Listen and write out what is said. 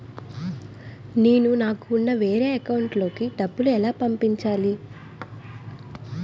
నేను నాకు ఉన్న వేరే అకౌంట్ లో కి డబ్బులు ఎలా పంపించాలి?